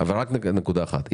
אבל אני רוצה להתייחס לנקודה אחת.